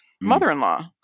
mother-in-law